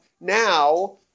now